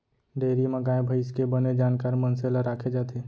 dairy म गाय भईंस के बने जानकार मनसे ल राखे जाथे